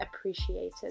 appreciated